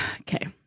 Okay